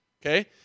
Okay